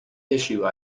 issue